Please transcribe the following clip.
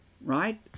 Right